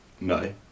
no